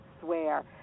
swear